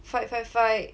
fight fight fight